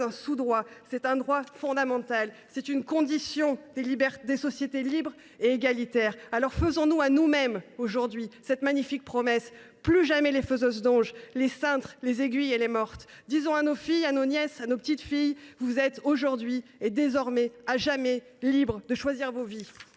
sous droit. C’est un droit fondamental. C’est l’une des conditions des sociétés libres et égalitaires. Dès lors, faisons nous à nous mêmes, aujourd’hui, cette magnifique promesse : plus jamais les faiseuses d’anges, les cintres, les aiguilles et les mortes ! Disons à nos filles, à nos nièces, à nos petites filles qu’elles sont aujourd’hui et désormais à jamais libres de choisir leur vie